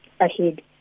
ahead